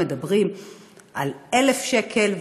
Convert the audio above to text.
מדברים על 1,000 שקל,